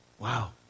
Wow